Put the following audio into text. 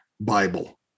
Bible